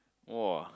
!woah!